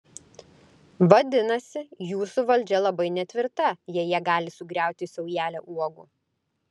vadinasi jūsų valdžia labai netvirta jei ją gali sugriauti saujelė uogų